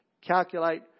calculate